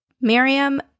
Miriam